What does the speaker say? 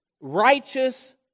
righteous